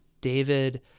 David